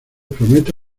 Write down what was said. prometo